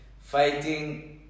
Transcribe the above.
fighting